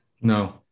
No